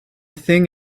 thing